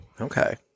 Okay